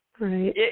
Right